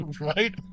Right